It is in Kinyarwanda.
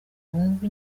wumva